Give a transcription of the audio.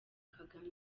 kagame